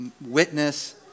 witness